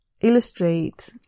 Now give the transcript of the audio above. illustrate